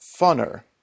funner